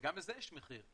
וגם לזה יש מחיר,